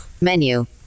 Menu